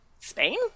Spain